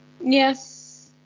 yes